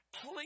please